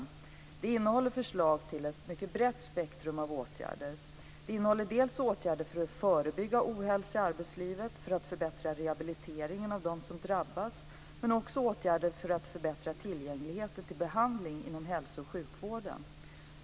Programmet innehåller förslag till ett mycket brett spektrum av åtgärder. Det innehåller åtgärder för att förebygga ohälsa i arbetslivet, åtgärder för att förbättra rehabiliteringen av dem som drabbats samt vissa åtgärder för förbättrad tillgänglighet till behandling inom hälso och sjukvården.